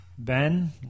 Ben